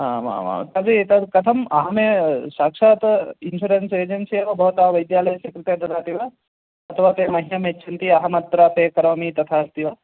आम् आम् आं तर्हि एतत् कथम् अहं साक्षात् इन्शुरेन्स् एजेन्सि एव भवतः वैद्यालयस्य कृते ददामि वा अथवा ते मह्यं यच्छन्ति अहमत्र पे करोमि तथा अस्ति वा